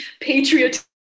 patriotism